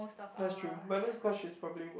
that's true but that's cause she's probably work